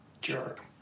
jerk